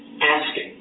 asking